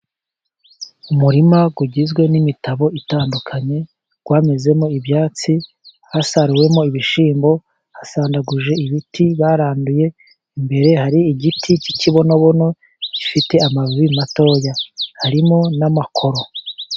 Umurima ugizwe n'imitabo itandukanye wamezemo ibyatsi. Hasaruwemo ibishyimbo, hasandaguje ibiti baranduye. Imbere hari igiti cy'ikibonobono gifite amababi matoya, harimo n'amakoro.